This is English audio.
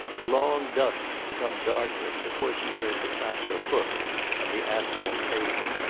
the long dusk had become darkness before she heard the clatter of hoofs on the asphalt pavement,